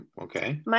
Okay